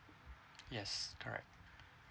yes correct